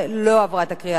אנחנו ממשיכים בסדר-היום.